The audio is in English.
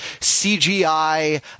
CGI